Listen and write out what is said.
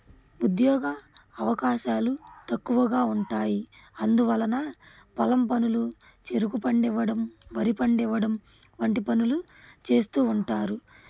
ఉద్యోగ అవకాశాలు తక్కువగా ఉంటాయి అందువలన పొలం పనులు చెరుకు పండివ్వడం వరి పండివ్వడం వంటి పనులు చేస్తూ ఉంటారు